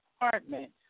apartment